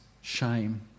shame